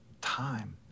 time